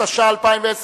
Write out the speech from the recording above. התש"ע 2010,